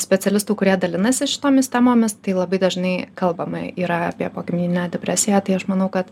specialistų kurie dalinasi šitomis temomis tai labai dažnai kalbama yra apie pogimdyvinę depresiją tai aš manau kad